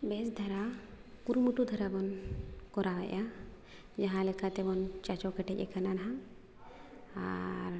ᱵᱮᱥ ᱫᱷᱟᱨᱟ ᱠᱩᱨᱩᱢᱩᱴᱩ ᱫᱷᱟᱨᱟ ᱵᱚᱱ ᱠᱚᱨᱟᱣ ᱮᱫᱟ ᱡᱟᱦᱟᱸ ᱞᱮᱠᱟᱛᱮᱵᱚᱱ ᱪᱟᱪᱳ ᱠᱮᱴᱮᱡ ᱟᱠᱟᱱᱟ ᱦᱟᱸᱜ ᱟᱨ